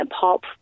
pop